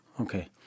Okay